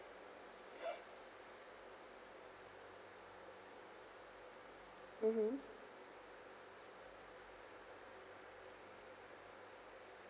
mmhmm